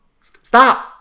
stop